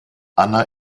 anna